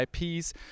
IPs